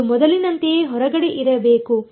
ಅದು ಮೊದಲಿನಂತೆಯೇ ಹೊರಗಡೆ ಇರಬೇಬೇಕು